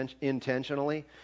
intentionally